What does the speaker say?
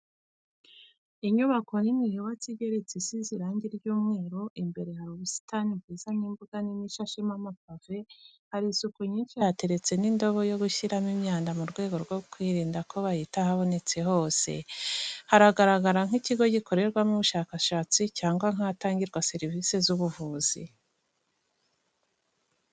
inyubako nini yubatse igeretse, isize irangi ry'umweru, imbere hari ubusitani bwiza n'imbuga nini ishashemo amapave, hari isuku nyinshi hateretse n'indobo yo gushyiramo imyanda mu rwego rwo kwirinda ko bayita ahabonetse hose. Haragaragara nk'ikigo gikorerwamo ubushakashatsi cyangwa nk'ahatangirwa serivise z'ubuvuzi.